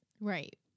Right